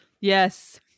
Yes